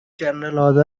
general